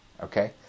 okay